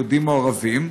יהודים או ערבים.